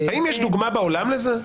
האם יש דוגמה בעולם לזה?